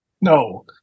No